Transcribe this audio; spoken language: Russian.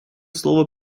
слово